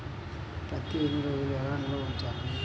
పత్తి ఎన్ని రోజులు ఎలా నిల్వ ఉంచాలి?